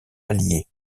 alliés